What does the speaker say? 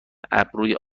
ابروی